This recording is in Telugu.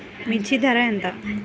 మిర్చి ధర ఎంత?